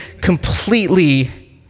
completely